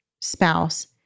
spouse